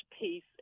peace